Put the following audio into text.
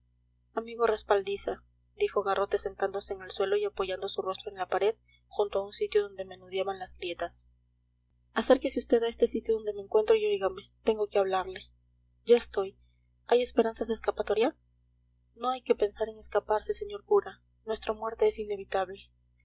amigo respaldiza dijo garrote sentándose en el suelo y apoyando su rostro en la pared junto a un sitio donde menudeaban las grietas acérquese vd a este sitio donde me encuentro y óigame tengo que hablarle ya estoy hay esperanzas de escapatoria no hay que pensar en escaparse señor cura nuestra muerte es inevitable